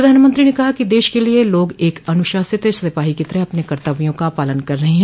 प्रधानमंत्री ने कहा कि देश के लिए लोग एक अनुशासित सिपाही की तरह अपने कर्तव्यों का पालन कर रहे हैं